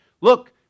look